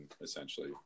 essentially